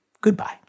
Goodbye